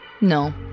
No